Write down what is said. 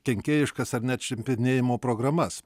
kenkėjiškas ar net šnipinėjimo programas